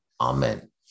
amen